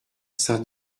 saint